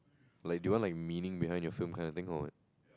like the one like meaning behind your film kind of things or what